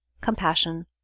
compassion